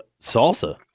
Salsa